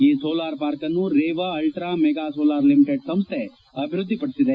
ಈ ಸೋಲಾರ್ ಪಾರ್ಕನ್ನು ರೇವಾ ಅಲ್ಲಾ ಮೆಫಾ ಸೋಲಾರ್ ಲಿಮಿಟೆಡ್ ಸಂಸ್ಥೆ ಅಭಿವೃದ್ದಿ ಪಡಿಸಿದೆ